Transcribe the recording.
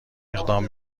اقدام